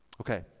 Okay